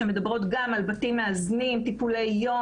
שמדברות גם על בתים מאזנים וטיפולי יום.